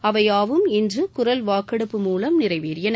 அவை யாவும் இன்று குரல் வாக்கெடுப்பு மூலம் நிறைவேறின